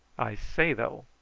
i say, though,